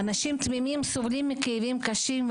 אנשים תמימים הסובלים מכאבים קשים,